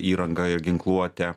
įranga ir ginkluotė